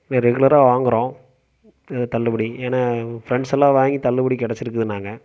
இல்லை ரெகுலராக வாங்குகிறோம் தள்ளுபடி ஏன்னா என் ஃப்ரெண்ட்ஸ் எல்லாம் வாங்கி தள்ளுபடி கெடைச்சிருக்குதுன்னாங்க